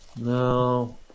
No